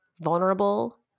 vulnerable